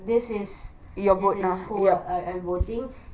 this is who I'm voting